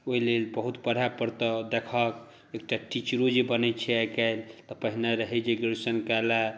ओहि लेल बहुत पढ़य परतऽ देखऽ एकटा टीचरों जे बनै छै आइ काल्हि तऽ पहिने रहय जे ग्रैजूएशन कए लऽ